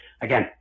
again